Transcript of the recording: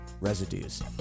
residues